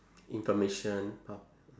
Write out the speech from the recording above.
information pap~